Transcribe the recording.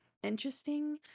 interesting